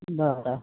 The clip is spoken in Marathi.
बरं